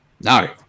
no